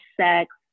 sex